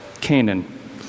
Canaan